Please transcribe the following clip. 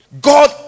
God